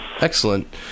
Excellent